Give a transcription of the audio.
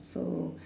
so